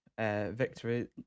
victory